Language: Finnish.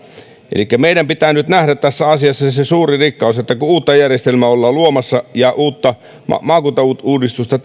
elikkä meidän pitää nyt nähdä tässä asiassa se se suuri rikkaus että kun ollaan luomassa uutta järjestelmää ja tekemässä uutta maakuntauudistusta